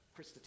Krista